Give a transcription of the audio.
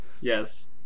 Yes